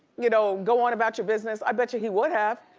you know, go on about your business, i bet you he would have.